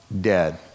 dead